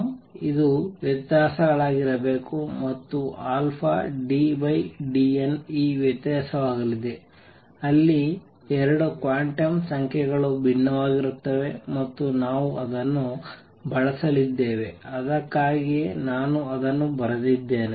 quantum ಇದು ವ್ಯತ್ಯಾಸಗಳಾಗಿರಬೇಕು ಮತ್ತು ddn ಈ ವ್ಯತ್ಯಾಸವಾಗಲಿದೆ ಅಲ್ಲಿ 2 ಕ್ವಾಂಟಮ್ ಸಂಖ್ಯೆಗಳು ಭಿನ್ನವಾಗಿರುತ್ತವೆ ಮತ್ತು ನಾವು ಅದನ್ನು ಬಳಸಲಿದ್ದೇವೆ ಅದಕ್ಕಾಗಿಯೇ ನಾನು ಅದನ್ನು ಬರೆದಿದ್ದೇನೆ